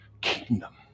kingdom